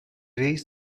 raised